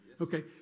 Okay